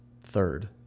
third